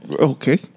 Okay